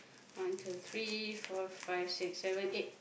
one two three four five six seven eight